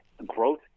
Growth